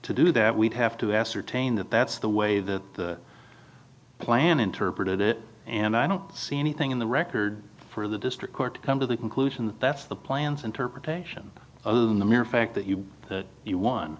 to do that we'd have to ascertain that that's the way the plan interpreted it and i don't see anything in the record for the district court to come to the conclusion that that's the plan's interpretation other than the mere fact that you